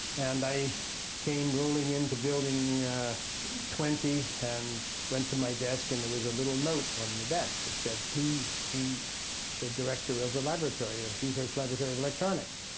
and i came rolling into building twenty and went to my desk and there was a little note on the desk. it said, please see the director of the laboratory, ah research laboratory of electronics.